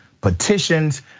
petitions